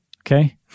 Okay